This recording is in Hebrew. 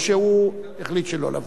או שהוא החליט שלא לבוא?